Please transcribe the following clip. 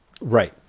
Right